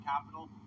capital